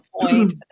point